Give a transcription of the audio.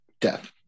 death